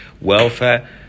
Welfare